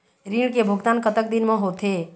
ऋण के भुगतान कतक दिन म होथे?